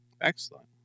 Excellent